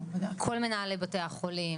כל מנהלי בתי החולים,